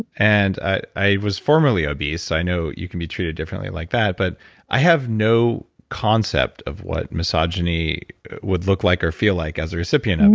and i i was formerly obese, so i know you can be treated differently like that, but i have no concept of what misogyny would look like or feel like as a recipient and